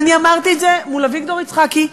ואמרתי את זה מול אביגדור יצחקי,